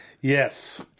Yes